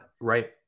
Right